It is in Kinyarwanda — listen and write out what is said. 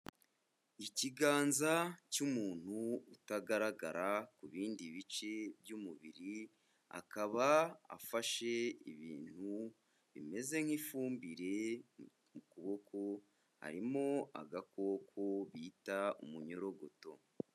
Ikiganza cy'umuntu utagaragara ku bindi bice by'umubiri, akaba afashe ibintu bimeze nk'ifumbire mu kuboko, harimo agakoko bita umunyorogoto.